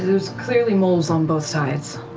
there's clearly moles on both sides.